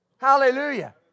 Hallelujah